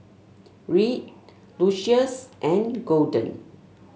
Reed Lucius and Golden